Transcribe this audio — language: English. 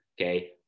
okay